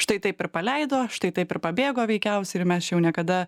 štai taip ir paleido štai taip ir pabėgo veikiausiai ir mes čia jau niekada